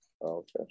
Okay